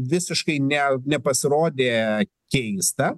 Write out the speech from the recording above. visiškai ne nepasirodė keista